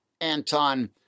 Anton